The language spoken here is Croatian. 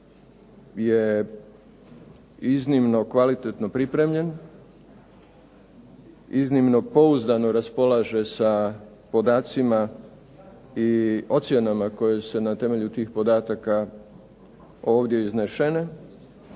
je iznimno kvalitetno pripremljen, iznimno pouzdano raspolaže sa podacima i ocjenama koje se na temelju tih podataka ovdje iznesene